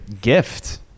gift